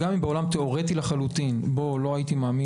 לכדי הסכמות מגובשות וגם ברור לכולנו שאף אחד לא מעוניין